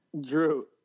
Drew